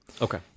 Okay